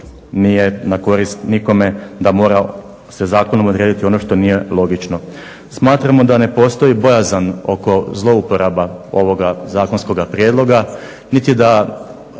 nije na korist nikome da mora se zakonom odrediti ono što nije logično. Smatramo da ne postoji bojazan oko zlouporaba ovoga zakonskoga prijedloga niti da